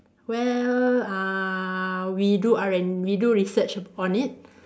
well uh we do R and we do research on it